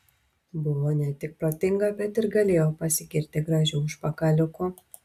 buvo ne tik protinga bet ir galėjo pasigirti gražiu užpakaliuku